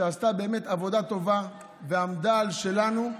שעשתה עבודה טובה ועמדה על שלנו.